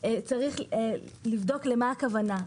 צריך לבדוק למה הכוונה.